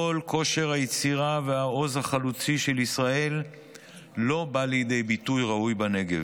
כל כושר היצירה והעוז החלוצי של ישראל לא בא לידי ביטוי ראוי בנגב.